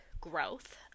growth